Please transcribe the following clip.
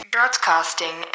Broadcasting